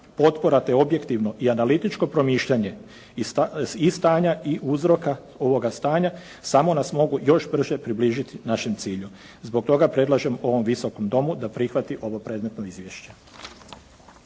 Potpora te objektivno i analitičko promišljanje i stanja i uzroka ovoga stanja samo nas mogu još brže približiti našem cilju. Zbog toga predlažem ovom Visokom domu da prihvati ovo predmetno izvješće.